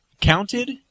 counted